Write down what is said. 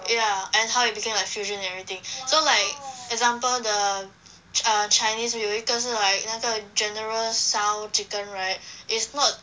ya and how it became like fusion everything so like example the err chinese 有一个是 like 那个 general tsao chicken right it's not